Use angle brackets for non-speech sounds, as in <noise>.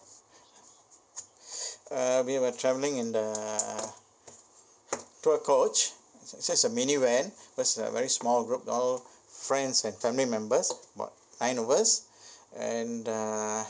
<breath> uh we were traveling in the tour coach it's just a minivan cause a very small group all friends and family members about nine of us <breath> and uh